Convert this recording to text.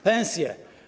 Pensje.